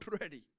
ready